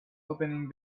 opening